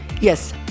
yes